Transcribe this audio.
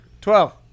Twelve